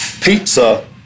pizza